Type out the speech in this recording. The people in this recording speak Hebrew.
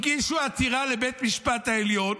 הגישו עתירה לבית המשפט העליון